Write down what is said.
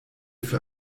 für